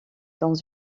dans